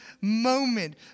moment